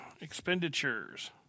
Expenditures